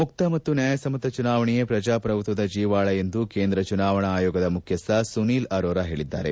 ಮುಕ್ತ ಮತ್ತು ನ್ಯಾಯ ಸಮ್ಮತ ಚುನಾವಣೆಯೇ ಪ್ರಜಾಪ್ರಭುತ್ವದ ಜೀವಾಳ ಎಂದು ಕೇಂದ್ರ ಚುನಾವಣಾ ಆಯೋಗದ ಮುಖ್ಯಸ್ಥ ಸುನೀಲ್ ಅರೋರ ಹೇಳಿದ್ದಾರೆ